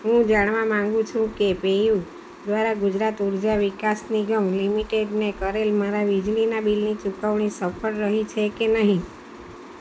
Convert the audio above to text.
હું જાણવા માંગુ છું કે પેયુ દ્વારા ગુજરાત ઊર્જા વિકાસ નિગમ લિમિટેડને કરેલ મારા વીજળીનાં બિલની ચુકવણી સફળ રહી છે કે નહીં